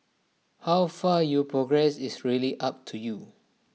how far you progress is really up to you